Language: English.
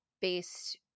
based